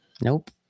Nope